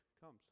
comes